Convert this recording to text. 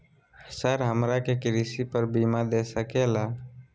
Sir हमरा के कृषि पर बीमा दे सके ला?